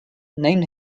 named